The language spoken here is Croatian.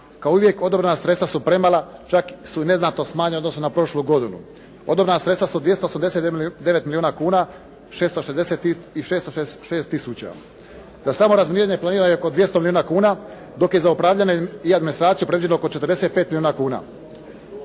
Ako uvijek odobrena sredstva su premala čak su i neznatno smanjena u odnosu na prošlu godinu. Odobrena sredstva su 89 milijuna kuna 666 tisuća. Da samo razminiranje planirano je oko 200 milijuna kuna, dok je za upravljanje i administraciju predviđeno oko 45 milijuna kuna.